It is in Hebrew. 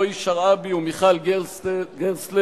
רועי שרעבי ומיכל גרסטלר.